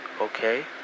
Okay